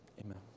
Amen